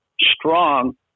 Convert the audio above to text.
strong